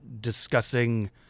discussing